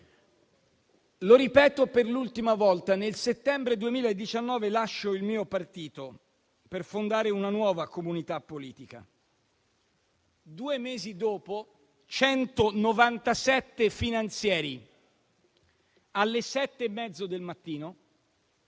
Ripeto per l'ultima volta: nel settembre 2019 lascio il mio partito per fondare una nuova comunità politica; due mesi dopo 197 finanzieri, alle ore 7,30 del mattino,